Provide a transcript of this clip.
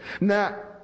Now